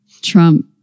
Trump